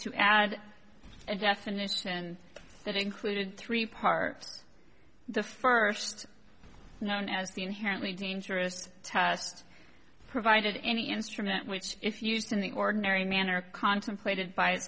to add a definition that included three parts the first known as the inherently dangerous test provided any instrument which if used in the ordinary manner contemplated by